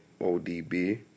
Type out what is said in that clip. ODB